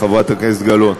חברת הכנסת גלאון.